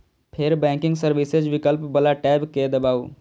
फेर banking services विकल्प बला टैब कें दबाउ